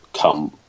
come